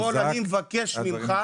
קודם כל אני מבקש ממך,